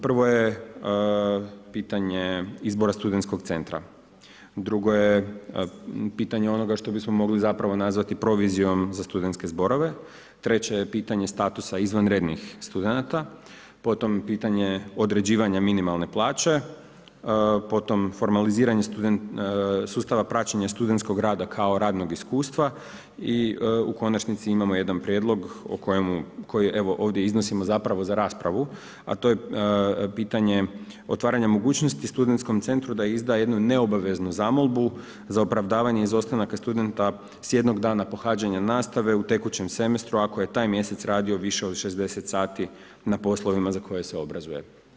Prvo je pitanje izbora studentskog centra, drugo je pitanje onoga što bismo mogli zapravo nazvati provizijom za studentske zborove, treće je pitanje statusa izvanrednih studenata, potom pitanje određivanja minimalne plaće, potom formaliziranje sustava praćenja studentskog rada kao radnog iskustva i u konačnici imamo jedan prijedlog koji evo ovdje iznosimo zapravo za raspravu a to je pitanje otvaranja mogućnosti studentskom centru da izda jednu neobaveznu zamolbu za opravdavanje izostanaka studenta s jednog dana pohađanja nastave u tekućem semestru ako je taj mjesec radio više od 60 sati na poslovima za koje se obrazuje.